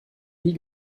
nie